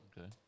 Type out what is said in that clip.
okay